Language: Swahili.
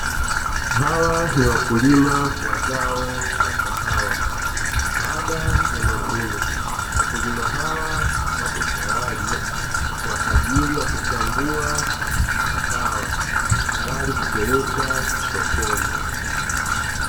Hawa ni wakulima wa zao na kahawa baada ya mavuno, wakulima hawa wapo tayari kwa ajili ya kuchambua kahawa tayari kupeleka sokoni.